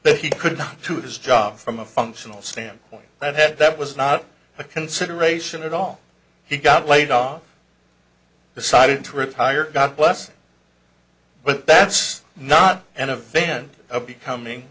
that he could not to his job from a functional standpoint that that was not a consideration at all he got laid off decided to retire god bless but that's not an event of becoming